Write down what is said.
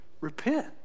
repent